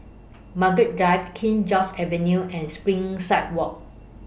Margaret Drive King George's Avenue and Springside Walk